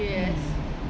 mm